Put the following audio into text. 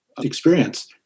experience